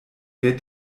wer